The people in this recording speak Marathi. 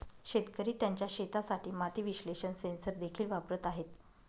शेतकरी त्यांच्या शेतासाठी माती विश्लेषण सेन्सर देखील वापरत आहेत